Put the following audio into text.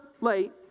late